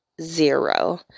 Zero